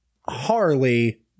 Harley